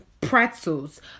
pretzels